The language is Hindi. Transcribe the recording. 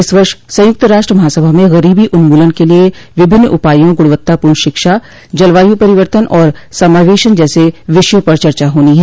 इस वर्ष संयुक्त राष्ट्र महासभा में गरीबी उन्मूलन के विभिन्न उपायों गुणवत्तापूर्ण शिक्षा जलवायु परिवर्तन और समावेशन जैसे विषयों पर चर्चा होनी है